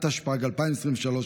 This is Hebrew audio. התשפ"ג 2023,